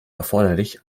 erforderlich